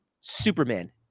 Superman